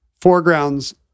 foregrounds